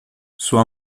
sua